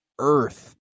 Earth